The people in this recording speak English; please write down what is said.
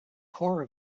core